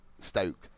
Stoke